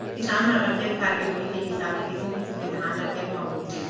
किसान मन अपन खेत खार के डोली के हिसाब ले किसिम किसिम के धान ल खेत म बोथें